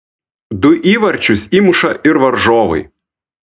du įvarčius įmuša ir varžovai